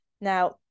Now